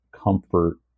comfort